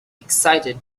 excited